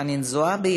חנין זועבי,